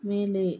மேலே